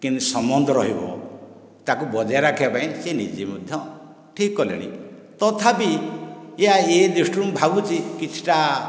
କେମିତି ସମ୍ବନ୍ଧ ରହିବ ତାକୁ ବଜାଏ ରଖିବା ପାଇଁ ସେ ମଧ୍ୟ ଠିକ କଲେନି ତଥାପି ୟା ଏ ଦୃଷ୍ଟିରୁ ମୁଁ ଭାବୁଛି କିଛିଟା